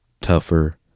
tougher